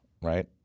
right